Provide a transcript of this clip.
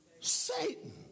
Satan